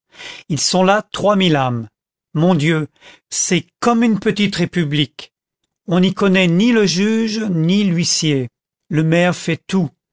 ils sont là trois mille âmes mon dieu c'est comme une petite république on n'y connaît ni le juge ni l'huissier le maire fait tout